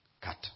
cut